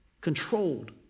controlled